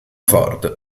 ford